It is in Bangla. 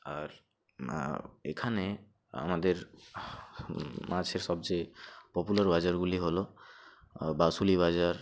আর এখানে আমাদের মাছের সবচেয়ে পপুলার বাজারগুলি হলো বাসুলি বাজার